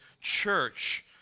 church